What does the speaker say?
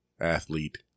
athlete